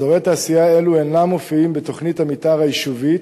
אזורי תעשייה אלו אינם מופיעים בתוכנית המיתאר של היישובים